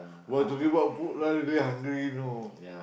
!wah! talking about food I really hungry you know